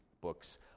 books